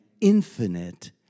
infinite